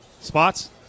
spots